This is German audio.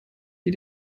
die